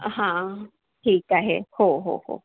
हा ठीक आहे हो हो हो